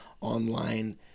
online